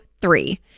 three